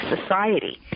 society